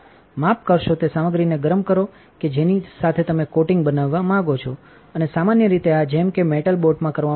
માફ કરશો તે સામગ્રીને ગરમ કરો કે જેની સાથે તમે કોટિંગ બનાવવા માંગો છો અને સામાન્ય રીતે આ જેમ કે મેટલ બોટમાં કરવામાં આવે છે